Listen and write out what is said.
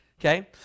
Okay